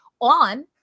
on